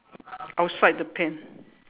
outside the pen